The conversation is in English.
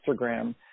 Instagram